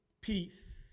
peace